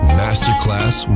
masterclass